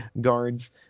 guards